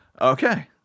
Okay